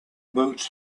boots